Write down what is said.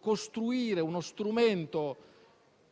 costruire uno strumento